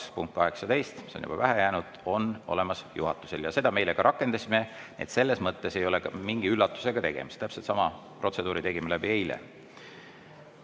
punkt 18, see on juba pähe jäänud. See [õigus] on olemas juhatusel ja seda me eile ka rakendasime. Selles mõttes ei ole mingi üllatusega tegemist, täpselt sama protseduuri tegime läbi